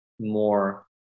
more